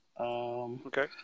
Okay